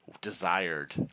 desired